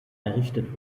errichtet